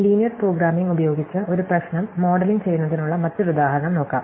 linear programming ഉപയോഗിച്ച് ഒരു പ്രശ്നം മോഡലിംഗ് ചെയ്യുന്നതിനുള്ള മറ്റൊരു ഉദാഹരണം നോക്കാം